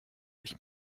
ich